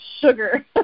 sugar